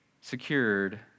secured